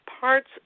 parts